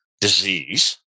disease